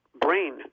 brain